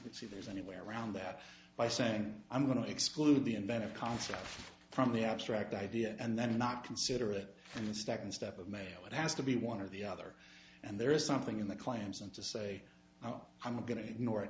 don't see there's any way around that by saying i'm going to exclude the inventor concert from the abstract idea and then not consider it in the second step of mail it has to be one or the other and there is something in the claims and to say i'm not going to ignore it